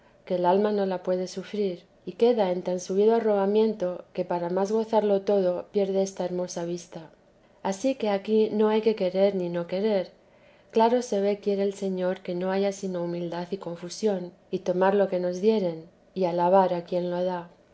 que el alma no la puede sufrir y queda en tan subido arrobamiento que para más gozarlo todo pierde esta hermosa vista ansí que aquí no hay que querer ni no querer claro se ve quiere el señor que no haya sino humildad y confusión y tomar lo que nos dieren y alabar a quien lo da